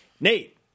Nate